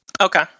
Okay